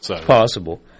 possible